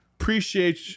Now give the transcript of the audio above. Appreciate